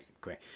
great